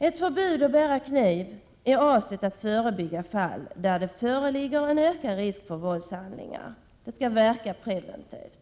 Ett förbud mot att bära kniv är avsett att förebygga fall där det föreligger en ökad risk för våldshandlingar. Det skall verka preventivt.